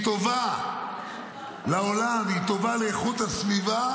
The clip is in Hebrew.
טובה לעולם והיא טובה לאיכות הסביבה,